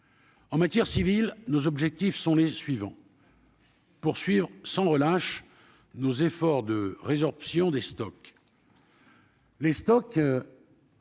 En matière civile, nos objectifs sont les suivants. Poursuivre sans relâche nos efforts de résorption des stocks. Les stocks.